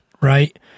right